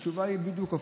התשובה היא בדיוק הפוך: